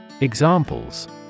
Examples